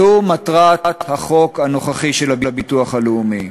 זו מטרת החוק הנוכחי של הביטוח הלאומי.